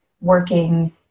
working